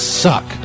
suck